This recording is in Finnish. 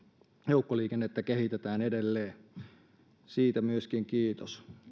joukkoliikennettä kehitetään edelleen siitä myöskin kiitos